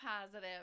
positive